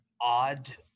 odd